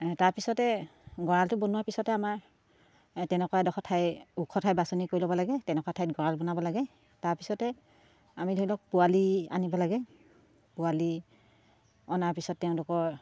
তাৰপিছতে গঁৰালটো বনোৱাৰ পিছতে আমাৰ তেনেকুৱা এডখৰ ঠাই ওখ ঠাই বাছনি কৰি ল'ব লাগে তেনেকুৱা ঠাইত গঁৰাল বনাব লাগে তাৰপিছতে আমি ধৰি লওক পোৱালি আনিব লাগে পোৱালি অনাৰ পিছত তেওঁলোকৰ